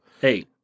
Hey